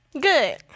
Good